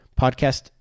podcast